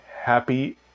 happy